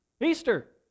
Easter